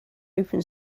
open